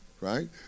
right